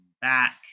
back